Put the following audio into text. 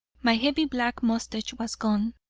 my heavy black mustache was gone,